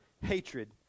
hatred